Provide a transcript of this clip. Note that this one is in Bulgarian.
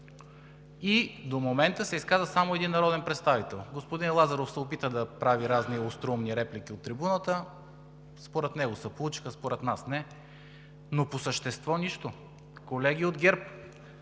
До момента се изказа само един народен представител. Господин Лазаров се опита да прави разни остроумни реплики от трибуната. Според него се получиха, според нас – не. Но по същество – нищо! Колеги от ГЕРБ,